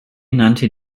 nannte